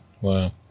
Wow